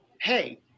Hey